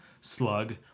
Slug